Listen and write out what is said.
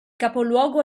capoluogo